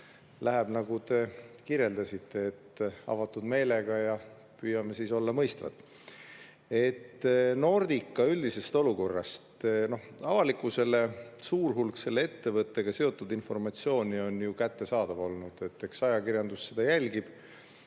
läheb, nagu te kirjeldasite, avatud meelega, ja püüame siis olla mõistvad. Nordica üldisest olukorrast. Avalikkusele on suur hulk selle ettevõttega seotud informatsiooni olnud ju kättesaadav. Eks ajakirjandus seda jälgib,